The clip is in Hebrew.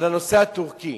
על הנושא הטורקי.